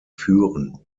führen